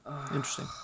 Interesting